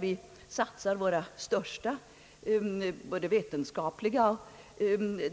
Vi satsar våra största vetenskapliga och